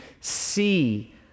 see